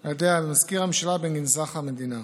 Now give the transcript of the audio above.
על ידי מזכיר הממשלה בגנזך המדינה.